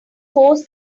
force